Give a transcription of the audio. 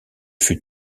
fut